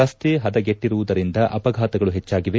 ರಸ್ತೆ ಹದಗೆಟ್ಟರುವುದರಿಂದ ಅಪಘಾತಗಳು ಹೆಚ್ಚಾಗಿವೆ